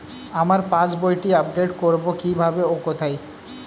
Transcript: আমার পাস বইটি আপ্ডেট কোরবো কীভাবে ও কোথায়?